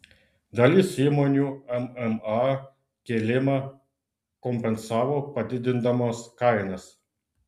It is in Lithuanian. dalis įmonių mma kėlimą kompensavo padidindamos kainas